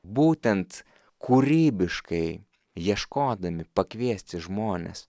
būtent kūrybiškai ieškodami pakviesti žmones